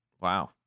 wow